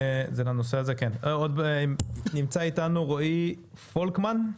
נמצא איתנו רועי פולקמן,